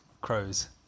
crows